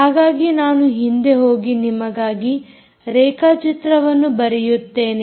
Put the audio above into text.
ಹಾಗಾಗಿ ನಾನು ಹಿಂದೆ ಹೋಗಿ ನಿಮಗಾಗಿ ರೇಖಾ ಚಿತ್ರವನ್ನು ಬರೆಯುತ್ತೇನೆ